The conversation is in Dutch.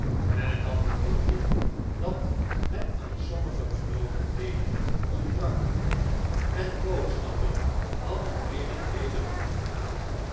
men had bevonden dat het aan sommige benoodigdheden ontbrak en levend boodschappen hadden heen en weder moeten gaan